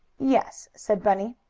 yes, said bunny.